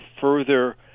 further